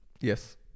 Yes